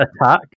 attack